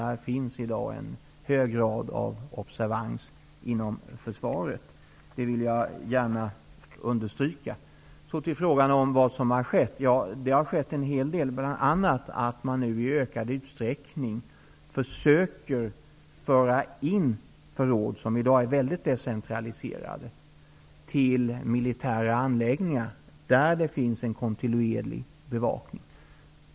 Det finns i dag en hög grad av observans inom försvaret när det gäller detta. Det vill jag gärna understryka. Låt mig sedan gå över till frågan om vad som har skett. Det har skett en hel del. Bl.a. försöker man nu i ökad utsträckning föra in förråd, som i dag är mycket decentraliserade, till militära anläggningar. Där finns det en kontinuerlig bevakning.